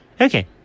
Okay